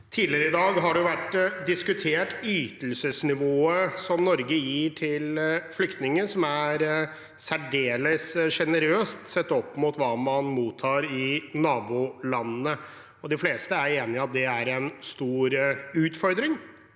Tidligere i dag har vi diskutert ytelsesnivået, altså ytelsene Norge gir til flyktninger, som er særdeles sjenerøst sett opp mot hva man mottar i nabolandene. De fleste er enige om at det er en stor utfordring,